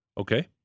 Okay